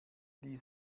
die